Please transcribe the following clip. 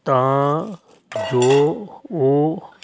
ਤਾਂ ਜੋ ਉਹ